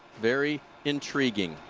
very intriguing.